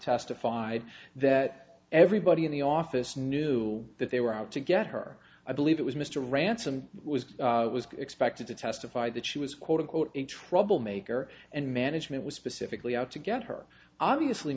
testified that everybody in the office knew that they were out to get her i believe it was mr ransome was was expected to testify that she was quote unquote a trouble maker and management was specifically out to get her obviously